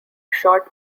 short